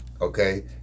Okay